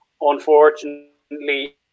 unfortunately